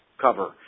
cover